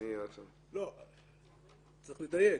צריך לדייק.